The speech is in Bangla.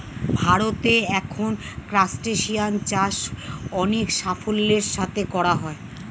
ভারতে এখন ক্রাসটেসিয়ান চাষ অনেক সাফল্যের সাথে করা হয়